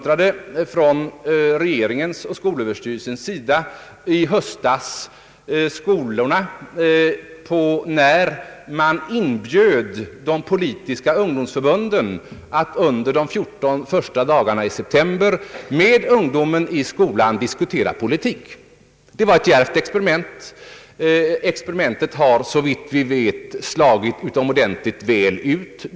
Regeringen och skolöverstyrelsen uppmuntrade i höstas skolorna, när de politiska ungdomsförbunden inbjöds att under de första 14 dagarna i september diskutera politik med eleverna i skolan. Det var ett djärvt experiment. Experimentet har, såvitt vi vet, slagit utomordentligt väl ut.